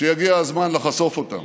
שיגיע הזמן לחשוף אותן.